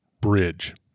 bridge